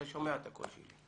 אתה שומע את הקול שלי.